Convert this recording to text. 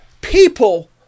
People